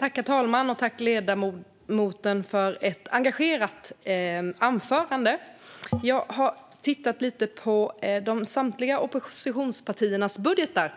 Herr talman! Tack, ledamoten, för ett engagerat anförande! Jag har tittat lite på samtliga oppositionspartiers budgetar.